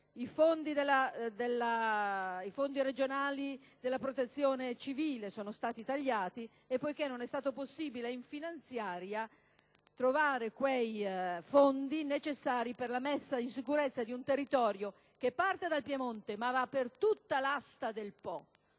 i fondi regionali della Protezione civile sono stati tagliati e non è stato possibile in finanziaria trovare le risorse necessarie per la messa in sicurezza di un territorio che parte dal Piemonte, ma si estende per tutta l'asta del